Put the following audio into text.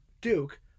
Duke